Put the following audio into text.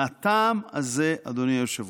מהטעם הזה, אדוני היושב-ראש,